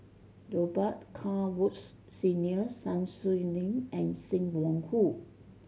Robet Carr Woods Senior Sun Xueling and Sim Wong Hoo